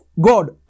God